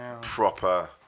proper